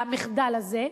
למחדל הזה.